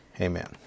Amen